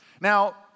Now